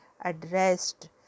addressed